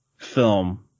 film